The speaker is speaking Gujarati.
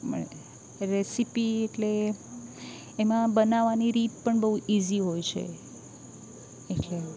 મળે રેસીપી એટલે એમાં બનાવાની રીત પણ બહુ ઈઝી હોય છે એટલે